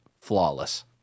Flawless